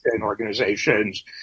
organizations